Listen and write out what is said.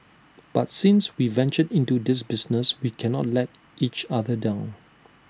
but since we ventured into this business we cannot let each other down